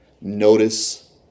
Notice